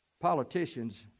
Politicians